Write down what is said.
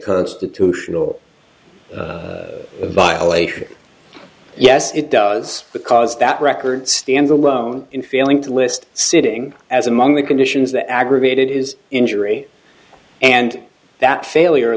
constitutional violater yes it does because that record stands alone in feeling to list sitting as among the conditions that aggravated is injury and that failure